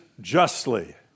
justly